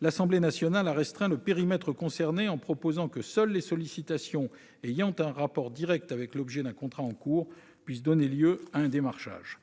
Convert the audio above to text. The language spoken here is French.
l'Assemblée nationale a restreint le périmètre concerné, en proposant que seules les sollicitations ayant un rapport direct avec l'objet d'un contrat en cours puissent donner lieu à un démarchage.